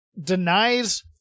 denies